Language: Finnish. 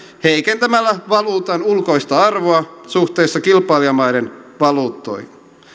heikentämällä valuutan ulkoista arvoa suhteessa kilpailijamaiden valuuttoihin